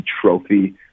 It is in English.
trophy